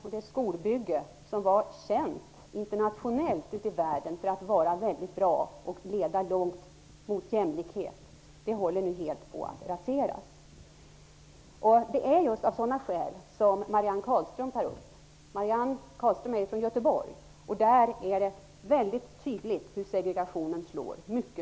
Det skolbygge som var känt ute i världen för att vara mycket bra och för att leda långt mot jämlikhet håller nu på att helt raseras. Marianne Carlström, som tagit upp detta, kommer från Göteborg, där det är mycket tydligt hur segregationen slår hårt.